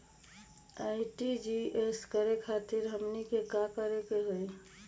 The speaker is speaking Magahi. आर.टी.जी.एस करे खातीर हमनी के का करे के हो ई?